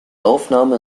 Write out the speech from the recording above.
aufnahme